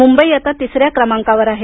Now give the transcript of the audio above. मुंबई आता तिसऱ्या क्रमांकावर आहे